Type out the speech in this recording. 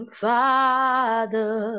father